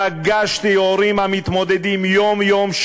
פגשתי הורים המתמודדים יום-יום,